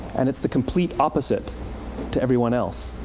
and it's the complete opposite to everyone else.